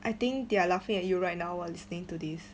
I think they're laughing at you right now while listening to this